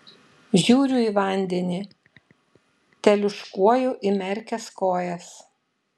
žiūriu į vandenį teliūškuoju įmerkęs kojas